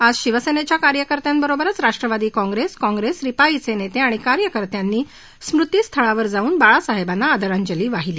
आज शिवसेनेच्या कार्यकर्त्याबरोबरच राष्ट्रवादी काँप्रेस काँप्रेस रिपाईचे नेते आणि कार्यकर्त्यांनी स्मृतिस्थळावर जाऊन बाळासाहेबांना आदरांजली वाहिली